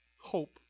hope